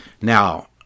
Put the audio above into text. Now